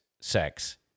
sex